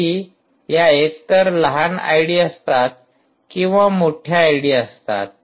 ID या एकतर लहान आयडी असतात किंवा मोठ्या आयडी असतात